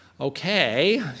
Okay